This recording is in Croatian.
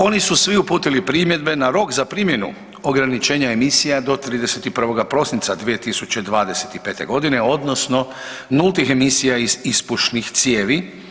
Oni su svi uputili primjedbe na rok za primjenu ograničenja emisija je do 31. prosinca 2025. godine odnosno nultih emisija iz ispušnih cijevi.